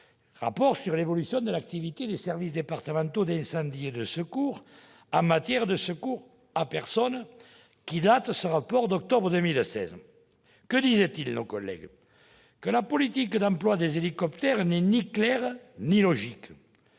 Troendlé sur l'évolution de l'activité des services départementaux d'incendie et de secours en matière de secours à personne, datant du mois d'octobre 2016. Selon ces collègues, « la politique d'emploi des hélicoptères n'est ni claire ni logique.